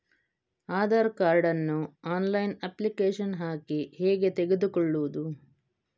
Aadhaar card ನ್ನು online application ಹಾಕಿ ಹೇಗೆ ತೆಗೆದುಕೊಳ್ಳುವುದು?